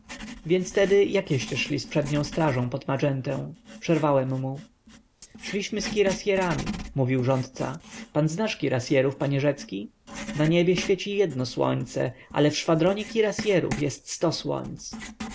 więc tedy jakieście szli z przednią strażą pod magentę przerwałem mu szliśmy z kirasyerami mówił rządca pan znasz kirasyerów panie rzecki na niebie świeci jedno słońce ale w szwadronie kirasyerów jest sto